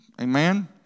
Amen